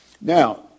Now